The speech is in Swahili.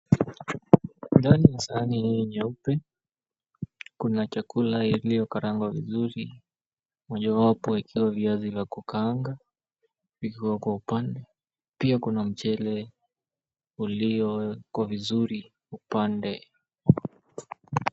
Ndani ya sahani nyeupe, kuna chakula iliyokarangwa vizuri, mojawapo ikiwa viazi vya kukaanga vikiwa kwa upande. Pia kuna mchele ulioekwa vizuri upande.